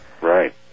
Right